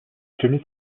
semi